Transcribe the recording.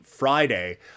Friday